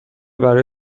برای